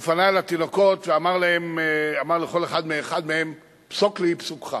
ופנה אל התינוקות ואמר לכל אחד ואחד מהם: "פסוק לי פסוקך",